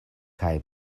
kaj